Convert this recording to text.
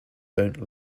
don’t